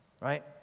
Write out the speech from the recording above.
right